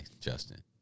Justin